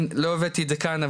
לא הבאתי את זה כאן,